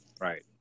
Right